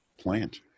plant